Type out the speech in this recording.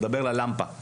כי